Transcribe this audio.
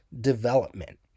development